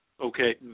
okay